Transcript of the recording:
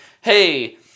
hey